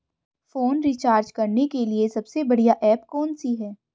Phone recharge करने के लिए सबसे बढ़िया ऐप कौन सी है?